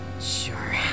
Sure